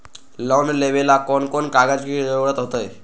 Loan लेवेला कौन कौन कागज के जरूरत होतई?